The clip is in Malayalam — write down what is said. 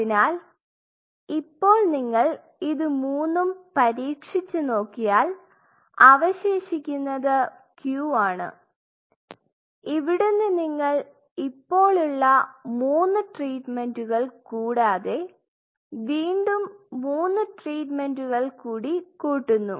അതിനാൽ ഇപ്പോൾ നിങ്ങൾ ഇത് മൂന്നും പരീക്ഷിച്ചുനോക്കിയാൽ അവശേഷിക്കുന്നത് Q ആണ് ഇവിടുന്ന് നിങ്ങൾ ഇപ്പോൾ ഉള്ള 3 ട്രീറ്റ്മെൻറ്കൾ കൂടാതെ വീണ്ടും 3 ട്രീറ്റ്മെൻറ്കൾ കൂടി കൂട്ടുന്നു